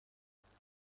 آزالیا